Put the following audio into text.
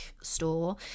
store